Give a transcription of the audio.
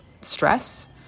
stress